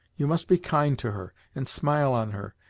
you must be kind to her, and smile on her,